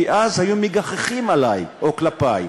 כי אז היו מגחכים עלי או כלפי,